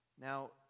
Now